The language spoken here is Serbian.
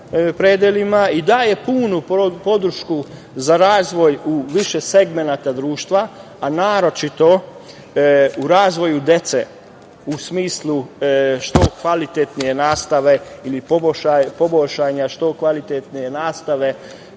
i daje punu podršku za razvoj u više segmenata društva, a naročito u razvoju dece u smislu što kvalitetnije nastave ili poboljšanja što kvalitetnije nastave